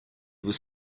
was